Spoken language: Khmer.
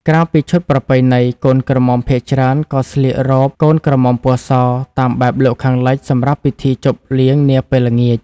ក្រៅពីឈុតប្រពៃណី កូនក្រមុំភាគច្រើនក៏ស្លៀក រ៉ូបកូនក្រមុំពណ៌ស តាមបែបលោកខាងលិចសម្រាប់ពិធីជប់លៀងនាពេលល្ងាច ។